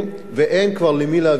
וכבר אין למי להעביר את זה,